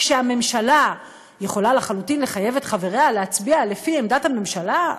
שהממשלה יכולה לחלוטין לחייב את חבריה להצביע לפי עמדת הממשלה,